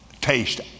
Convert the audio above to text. taste